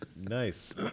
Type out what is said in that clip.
Nice